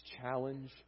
challenge